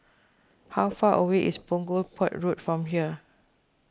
how far away is Punggol Port Road from here